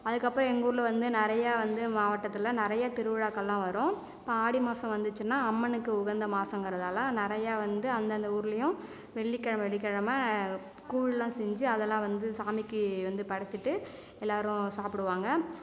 அதுக்கு அப்புறம் எங்கள் ஊரில் வந்து நிறையா வந்து மாவட்டத்தில் நிறைய திருவிழாக்கள்லாம் வரும் இப்போ ஆடி மாதம் வந்துச்சுன்னா அம்மனுக்கு உகந்த மாசங்கிறதால் நிறையா வந்து அந்ததந்த ஊர்லையும் வெள்ளிக்கிழம வெள்ளிக்கிழம கூழ்லாம் செஞ்சு அதெலாம் வந்து சாமிக்கு வந்து படைச்சிட்டு எல்லாரும் சாப்பிடுவாங்க